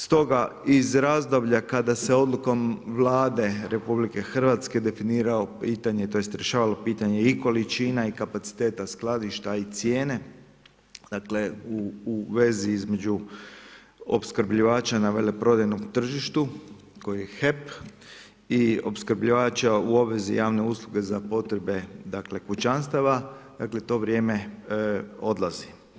Stoga, iz razdoblja, kada se odlukom Vlade RH, definiralo pitanje, tj. rješavalo pitanje i količina i kapaciteta skladišta i cijene, dakle, u vezi između opskrbljivača na veleprodajnom tržištu, koji je HEP i opskrbljivača u obvezi javne usluge za potrebe dakle, kućanstava, dakle, to vrijeme odlazi.